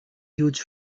huge